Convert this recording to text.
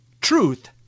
truth